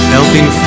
Helping